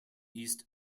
east